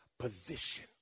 Position